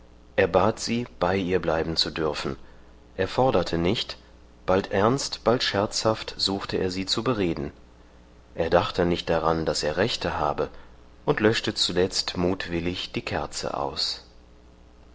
er bat sie bei ihr bleiben zu dürfen er forderte nicht bald ernst bald scherzhaft suchte er sie zu bereden er dachte nicht daran daß er rechte habe und löschte zuletzt mutwillig die kerze aus